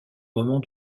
moment